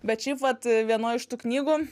bet šiaip vat vienoj iš tų knygų